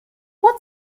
what